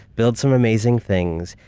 build some amazing things,